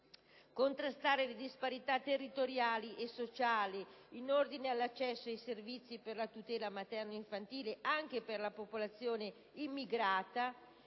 contrastare le disparità territoriali e sociali in ordine all'accesso ai servizi per la tutela materno-infantile, anche per la popolazione immigrata